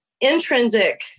intrinsic